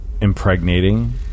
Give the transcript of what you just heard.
impregnating